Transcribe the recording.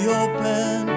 open